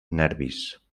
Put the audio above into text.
nervis